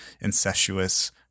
incestuous